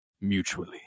mutually